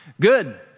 Good